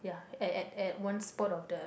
at at at one spot of the